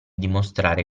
dimostrare